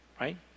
right